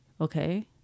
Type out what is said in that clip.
okay